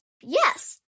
Yes